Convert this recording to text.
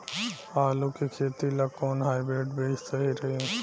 आलू के खेती ला कोवन हाइब्रिड बीज सही रही?